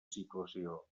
situació